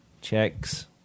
Checks